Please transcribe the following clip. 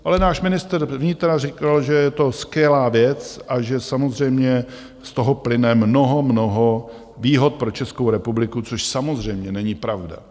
Ale náš ministr vnitra řekl, že je to skvělá věc a že samozřejmě z toho plyne mnoho, mnoho výhod pro Českou republiku, což samozřejmě není pravda.